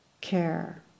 care